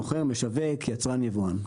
מוכר, משווק, יצרן, יבואן.